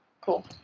Cool